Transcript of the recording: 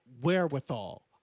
wherewithal